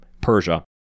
Persia